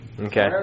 okay